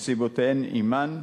וסיבותיהן עמן.